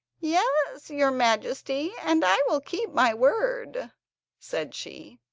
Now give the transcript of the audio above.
yes, your majesty, and i will keep my word said she.